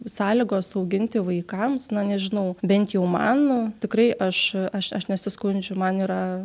sąlygos auginti vaikams na nežinau bent jau man tikrai aš aš aš nesiskundžiu man yra